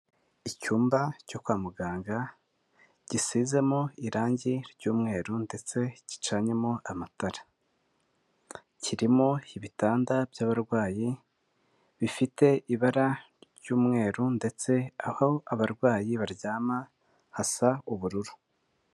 Icyumba cyo kwa muganga, gisizemo irangi ry'umweru ndetse gicanyemo amatara. Kirimo ibitanda by'abarwayi, bifite ibara ry'umweru ndetse aho abarwayi baryama hasa ubururu.